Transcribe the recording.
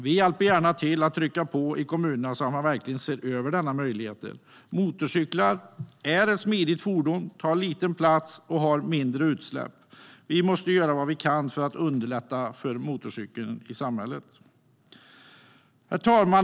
Vi hjälper dock gärna till att trycka på i kommunerna så att man verkligen ser över denna möjlighet. Motorcykeln är ett smidigt fordon som tar liten plats och har mindre utsläpp, och vi måste göra vad vi kan för att underlätta för motorcykeln i samhället. Herr talman!